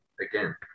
again